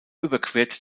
überquert